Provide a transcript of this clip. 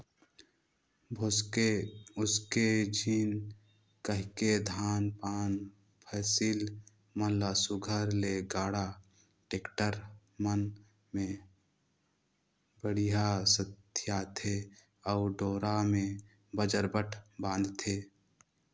भोसके उसके झिन कहिके धान पान फसिल मन ल सुग्घर ले गाड़ा, टेक्टर मन मे बड़िहा सथियाथे अउ डोरा मे बजरबट बांधथे